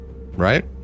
Right